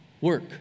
work